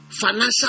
financial